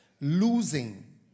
Losing